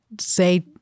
say